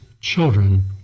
children